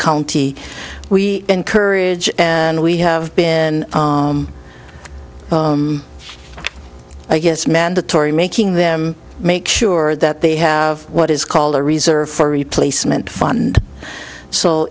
county we encourage and we have been i guess mandatory making them make sure that they have what is called a reserve for replacement fund so